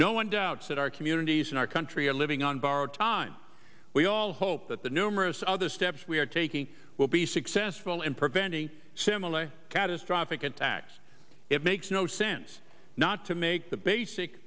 no one doubts that our communities and our country are living on borrowed time we all hope that the numerous other steps we are taking will be successful in preventing a similar catastrophic attacks it makes no sense not to make the basic